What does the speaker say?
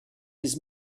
his